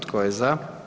Tko je za?